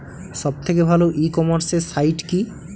সব থেকে ভালো ই কমার্সে সাইট কী?